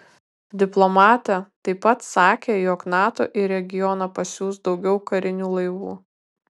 diplomatė taip pat sakė jog nato į regioną pasiųs daugiau karinių laivų